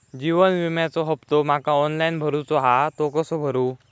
जीवन विम्याचो हफ्तो माका ऑनलाइन भरूचो हा तो कसो भरू?